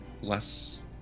less